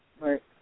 Right